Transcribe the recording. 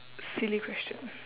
silly question